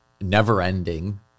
never-ending